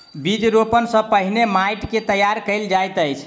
बीज रोपण सॅ पहिने माइट के तैयार कयल जाइत अछि